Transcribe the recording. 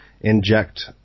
inject